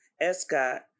Escott